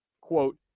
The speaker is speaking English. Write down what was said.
quote